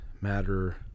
matter